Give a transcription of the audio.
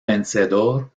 vencedor